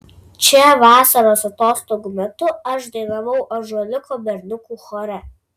čia vasaros atostogų metu aš dainavau ąžuoliuko berniukų chore